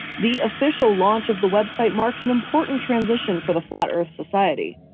the official launch of the website marks an important transition for the flat earth society.